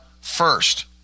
first